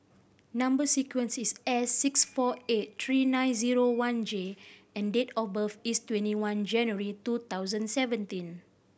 number sequence is S six four eight three nine zero one J and date of birth is twenty one January two thousand seventeen